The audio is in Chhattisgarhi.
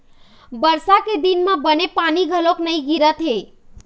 बरसा के दिन म बने पानी घलोक नइ गिरत हे